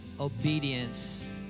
obedience